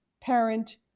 parent